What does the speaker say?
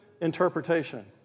interpretation